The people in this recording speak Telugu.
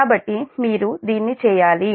కాబట్టి మీరు దీన్ని చేయాలి